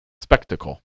spectacle